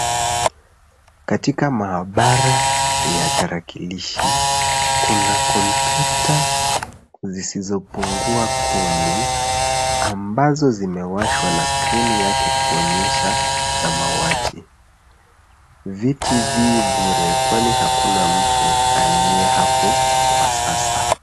Katika maabara ya tarakilishi, kuna kompyuta zisizopungua kumi ambazo zimewashwa na skrini yake kuonyesha samawati. Viti vii bure kwani hakuna mtu aliye hapo kwa sasa.